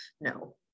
no